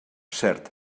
cert